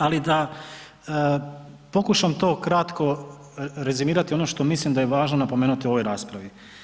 Ali da pokušam to kratko rezimirati ono što mislim da je važno napomenuti u ovoj raspravi.